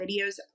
videos